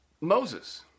Moses